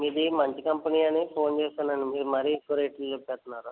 మీది మంచి కంపెనీ అని ఫోన్ చేసానండి మీరు మరీ ఎక్కువ రేట్లు చెప్పేస్తున్నారు